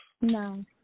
No